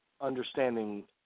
understanding